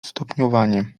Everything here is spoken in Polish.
stopniowanie